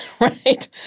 right